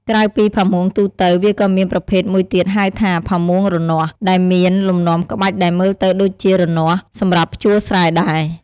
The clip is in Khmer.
ក្រៅពីផាមួងទូទៅ វាក៏មានប្រភេទមួយទៀតហៅថា ផាមួងរនាស់ ដែលមានលំនាំក្បាច់ដែលមើលទៅដូចជា រនាស់ សម្រាប់ភ្ជួរស្រែដែរ។